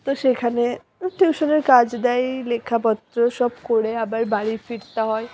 তো সেখানে টিউশানের কাজ দেয় লেখাপত্র সব করে আবার বাড়ি ফিরতে হয়